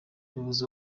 umuyobozi